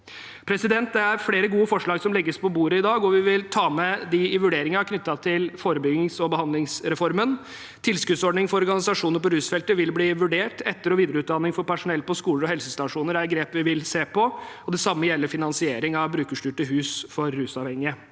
er i. Det er flere gode forslag som legges på bordet i dag, og vi vil ta dem med i vurderingene knyttet til forebyggings- og behandlingsreformen. Tilskuddsordningene for organisasjoner på rusfeltet vil bli vurdert, etter- og videreutdanning for personell på skoler og helsestasjoner er grep vi vil se på, og det samme gjelder finansieringen av brukerstyrte hus for rusavhengige.